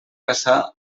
caçar